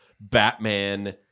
Batman